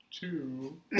Two